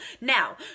Now